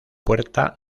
puerta